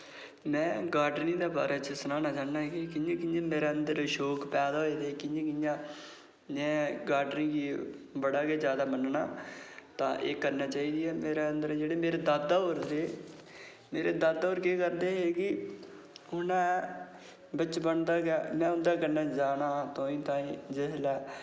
में गार्डनिंग दे बारै च सनाना चाह्न्ना एह् कियां कियां मेरे अंदर शौक पैदा होये दे कियां कियां में गार्डनिंग गी बड़ा गै जादा मन्नना ते एह् करना चाही दियां ते मेरे जेह्ड़े दादा होर हे मेरे दादा होर केह् करदे हे की उनें में बचपन कोला गै उंदे कन्नै जाना